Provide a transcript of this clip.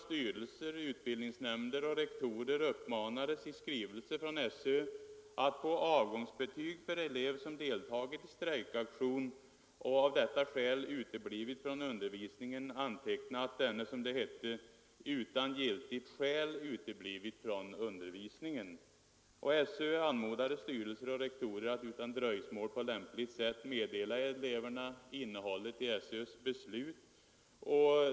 SÖ anmodade styrelse och rektorer att utan dröjsmål på lämpligt sätt meddela eleverna innehållet i SÖ:s beslut.